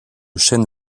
chêne